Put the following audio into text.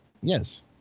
Yes